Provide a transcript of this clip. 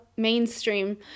mainstream